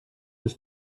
was